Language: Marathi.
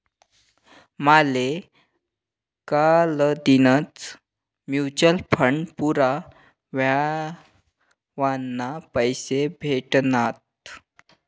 माले कालदीनच म्यूचल फंड पूरा व्हवाना पैसा भेटनात